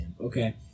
Okay